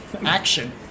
Action